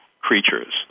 creatures